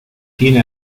tiene